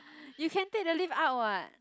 you can take the lift up what